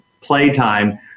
playtime